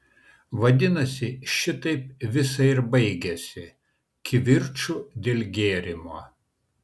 vadinasi šitaip visa ir baigiasi kivirču dėl gėrimo